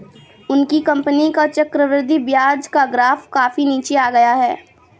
उनकी कंपनी का चक्रवृद्धि ब्याज का ग्राफ काफी नीचे आ गया है